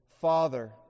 Father